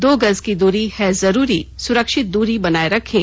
दो गज की दूरी है जरूरी सुरक्षित दूरी बनाए रखें